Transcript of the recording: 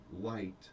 light